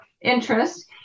interest